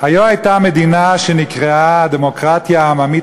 היה הייתה מדינה שנקראה הדמוקרטיה העממית